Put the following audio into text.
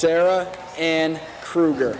sarah anne kruger